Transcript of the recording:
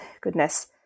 goodness